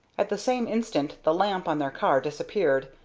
at the same instant the lamp on their car disappeared,